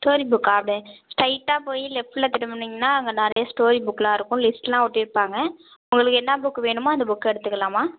story புக்கா அப்படியே ஸ்ட்ரைட்டாக போய் லெப்ட்டில் திரும்புனீங்கன்னா அங்கே நிறைய ஸ்டோரி புக்லாம் இருக்கும் லிஸ்ட்டுலாம் ஒட்டிருப்பாங்க உங்களுக்கு என்ன புக்கு வேணுமோ அந்தப் புக்கை எடுத்துக்கலாம்மா